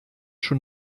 schon